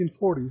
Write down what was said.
1940s